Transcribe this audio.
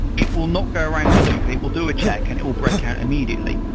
it will not go around the loop. it will do a check and it will break out immediately,